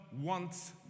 wants